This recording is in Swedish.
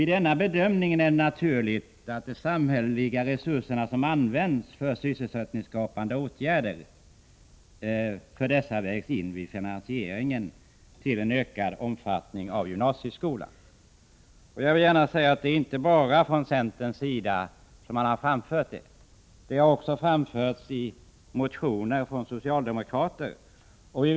I denna bedömning är det naturligt att de samhälleliga resurser som används för sysselsättningsskapande åtgärder för dessa ungdomar vägs in vid finansieringen till en ökad omfattning av gymnasieskolan. Jag vill gärna säga att det inte bara är från centerns sida som detta krav har framförts, utan det har också framförts i motioner från socialdemokrater.